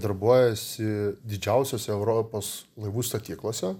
darbuojasi didžiausiose europos laivų statyklose